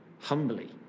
humbly